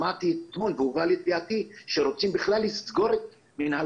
שמעתי אתמול והובא לידיעתי שרוצים בכלל לסגור את מינהל